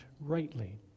rightly